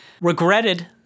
regretted